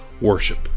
Worship